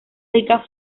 rica